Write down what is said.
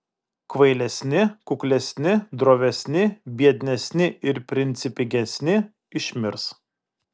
kvailesni kuklesni drovesni biednesni ir principingesni išmirs